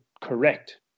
correct